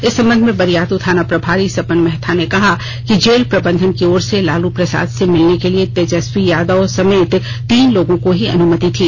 इस संबंध में बरियातू थाना प्रभारी सपन महथा ने कहा कि जेल प्रबंधन की ओर से लालू प्रसाद से मिलने के लिए तेजस्वी यादव समेत तीन लोगों को ही अनुमति थी